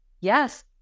Yes